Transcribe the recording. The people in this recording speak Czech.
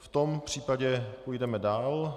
V tom případě půjdeme dál.